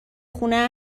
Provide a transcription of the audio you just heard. خونه